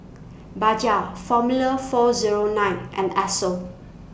Bajaj Formula four Zero nine and Esso